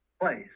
place